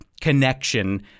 connection